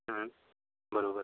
बरोबर